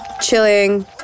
chilling